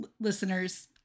listeners